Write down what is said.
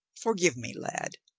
forgive me, lad.